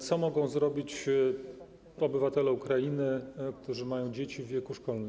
Co mogą zrobić obywatele Ukrainy, którzy mają dzieci w wieku szkolnym?